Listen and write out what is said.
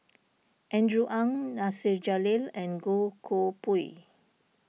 Andrew Ang Nasir Jalil and Goh Koh Pui